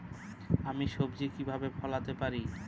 আমি সবজি কিভাবে ফলাতে পারি?